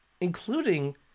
including